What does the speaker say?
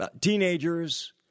teenagers